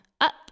up